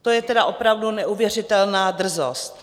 To je tedy opravdu neuvěřitelná drzost!